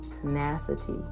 tenacity